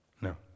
No